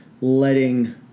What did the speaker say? letting